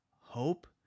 hope